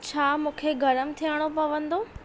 छा मूंखे गरम थियणो पवंदो